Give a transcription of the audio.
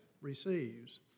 receives